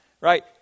right